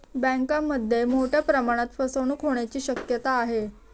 बँकांमध्ये मोठ्या प्रमाणात फसवणूक होण्याची शक्यता आहे